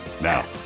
Now